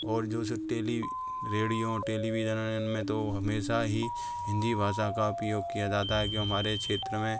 और जोसे टेली रेडियो टेलीवीजन इनमें तो हमेशा ही हिंदी भाषा का उपयोग किया जाता है कि हमारे क्षेत्र में